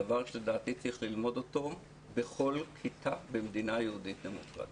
דבר שלדעתי צריך ללמוד אותו בכל כיתה במדינה יהודית דמוקרטית,